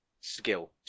skill